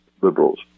liberals